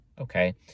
okay